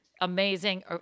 amazing